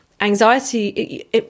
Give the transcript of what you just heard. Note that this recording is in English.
anxiety